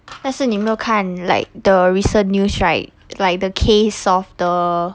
但是你没有看 like the recent news right like the case of the